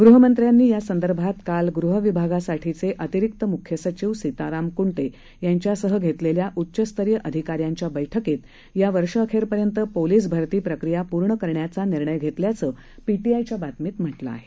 गृहमंत्र्यांनी या संदर्भात काल गृह विभागासाठीचे अतिरिक्त मुख्य सचिव सिताराम कुंटे यांच्यासह धेतलेल्या उच्चस्तरीय अधिकाऱ्यांच्या बैठकीत या वर्षअखेरपर्यंत पोलिस भरती प्रक्रिया पूर्ण करण्याचा निर्णय घेतल्याचं पीटीआयच्या बातमीत म्हटलं आहे